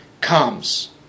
comes